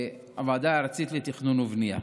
הוועדה הארצית לתכנון ובנייה.